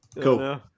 cool